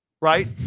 right